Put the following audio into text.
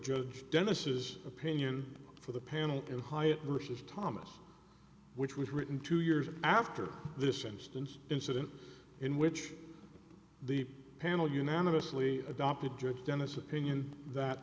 judge dennis is opinion for the panel and hyatt rich's thomas which was written two years after this instance incident in which the panel unanimously adopted judge dennis opinion that